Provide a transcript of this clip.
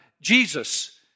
Jesus